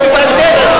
הוא פתטי.